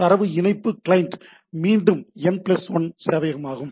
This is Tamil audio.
தரவு இணைப்பு கிளையன்ட் மீண்டும் என் பிளஸ் 1 சேவையகம் ஆகும்